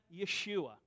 Yeshua